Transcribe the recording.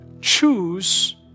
Choose